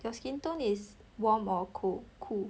your skin tone is warm or cool cool